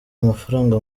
amafaranga